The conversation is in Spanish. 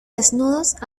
desnudos